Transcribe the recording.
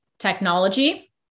Technology